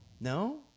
No